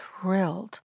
thrilled